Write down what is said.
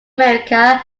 america